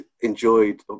enjoyed